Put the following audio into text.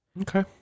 Okay